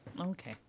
Okay